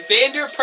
Xander